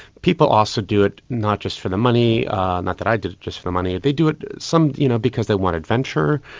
people also do it not just for the money not that i did it just for the money they do it, some you know, because they want adventure.